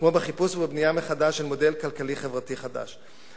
כמו בחיפוש ובבנייה מחדש של מודל כלכלי-חברתי חדש.